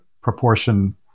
proportion